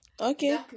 Okay